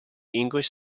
english